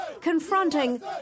confronting